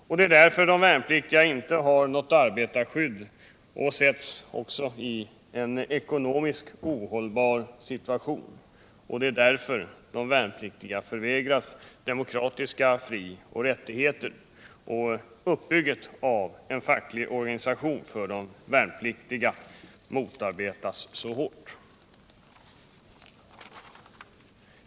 Det är också därför de värnpliktiga inte har något arbetarskydd och sätts i en ekonomiskt ohållbar situation, det är därför de förvägras demokratiska fri och rättigheter och det är därför uppbyggandet av en facklig organisation för de värnpliktiga motarbetas så hårt.